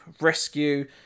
rescue